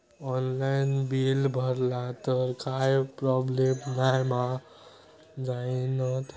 Online bill भरला तर काय प्रोब्लेम नाय मा जाईनत?